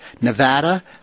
Nevada